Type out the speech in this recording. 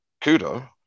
kudo